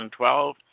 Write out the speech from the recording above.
2012